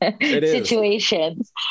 situations